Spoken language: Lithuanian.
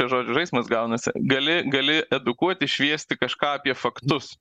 žodžių žaismas gaunasi gali gali edukuoti šviesti kažką apie faktus